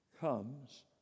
comes